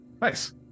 Nice